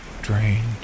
drained